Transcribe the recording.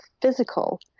physical